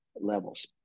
levels